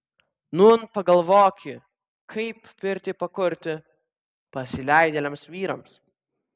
nūn pagalvoki kaip pirtį pakurti pasileidėliams vyrams